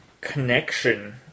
connection